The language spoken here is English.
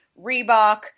Reebok